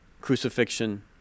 crucifixion